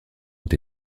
ont